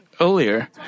Earlier